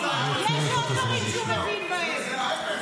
---- יש עוד דברים שהוא מבין בהם.